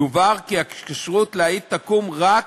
יובהר כי הכשרות להעיד תקום רק